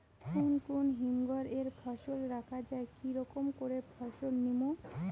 কুন কুন হিমঘর এ ফসল রাখা যায় কি রকম করে খবর নিমু?